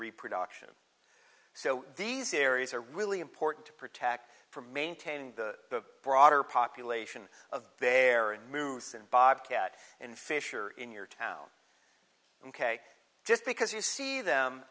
reproduction so these areas are really important to protect from maintaining the broader population of their in moves and bobcat in fish or in your town and k just because you see them